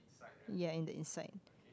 ya in the inside